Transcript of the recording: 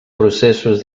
processos